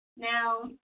Now